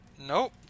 Nope